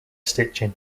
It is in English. stitching